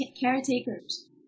caretakers